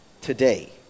today